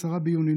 10 ביוני,